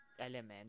element